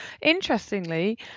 interestingly